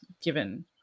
given